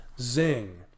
zing